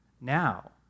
now